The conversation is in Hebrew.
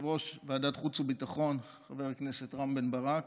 יושב-ראש ועדת חוץ וביטחון חבר הכנסת רם בן ברק